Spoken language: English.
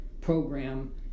program